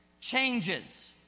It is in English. changes